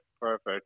perfect